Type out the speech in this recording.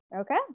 Okay